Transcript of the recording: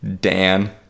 Dan